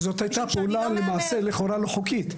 זאת הייתה פעולה לכאורה לא חוקית?